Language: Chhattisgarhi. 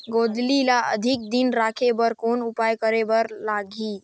गोंदली ल अधिक दिन राखे बर कौन उपाय करे बर लगही?